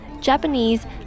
Japanese